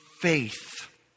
faith